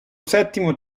settimo